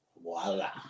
Voila